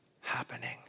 happening